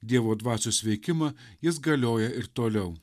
dievo dvasios veikimą jis galioja ir toliau